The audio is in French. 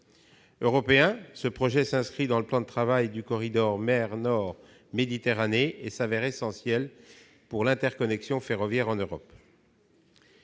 européen : ce projet s'inscrit dans le plan de travail du corridor mer du Nord-Méditerranée et s'avère essentiel pour l'interconnexion ferroviaire en Europe.